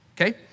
okay